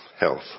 health